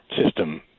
system